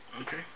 Okay